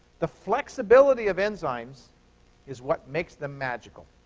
the flexibility of enzymes is what makes them magical,